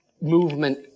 movement